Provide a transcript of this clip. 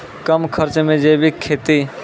कम खर्च मे जैविक खेती?